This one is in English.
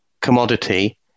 commodity